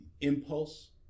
impulse